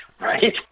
Right